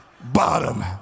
bottom